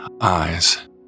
eyes